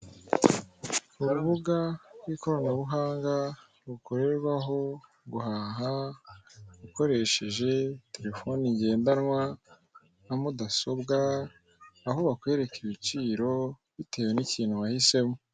Urubuga rw'ikoranabuhanga rukorerwaho guhaha ukoresheje telefone ngendanwa na mudasobwa, aho bakwereka ibiciro bitewe n'ikintu wahisemo.